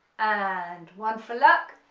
and one for luck,